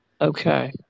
okay